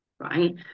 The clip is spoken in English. Right